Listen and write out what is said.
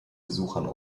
besuchern